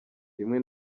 rimwe